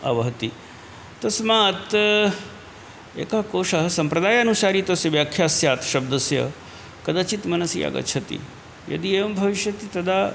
आवहति तस्मात्त् एकः कोशः सम्प्रदायानुसारी तस्य व्याख्या स्यात् शब्दस्य कदाचित् मनसि आगच्छति यदि एवं भविष्यति तदा